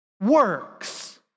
works